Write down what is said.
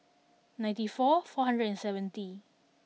ninety four four hundred and seventy